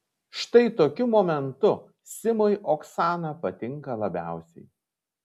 štai tokiu momentu simui oksana patinka labiausiai